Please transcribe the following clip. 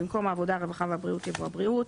הסדרת במקום "העבודה הרווחה והבריאות" יבוא "הבריאות".